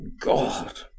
god